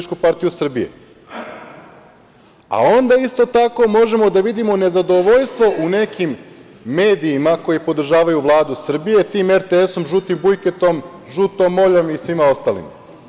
Onda isto tako možemo da vidimo nezadovoljstvo u nekim medijima koji podržavaju Vladu Srbije, tim RTS-om, žutim Bujketom, žutom Oljom i svima ostalima.